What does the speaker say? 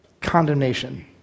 condemnation